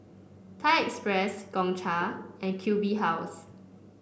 Thai Express Gongcha and Q B House